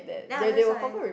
ya that's why